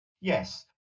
Yes